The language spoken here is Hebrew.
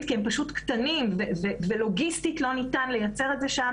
שהם פשוט קטנים ולוגיסטית לא ניתן לייצר את זה שם.